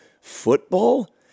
Football